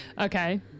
Okay